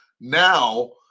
now